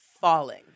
falling